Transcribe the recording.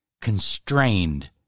constrained